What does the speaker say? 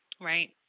Right